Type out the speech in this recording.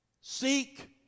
seek